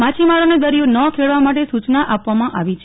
માછીમારોને દરિયો ન ખેડવા માટે સૂચના આપવામાં આવી છે